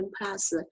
Plus